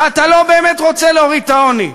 ואתה לא באמת רוצה להוריד את העוני.